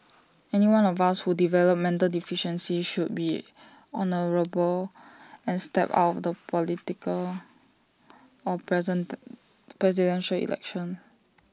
anyone of us who develop mental deficiency should be honourable and step out of the political or present Presidential Election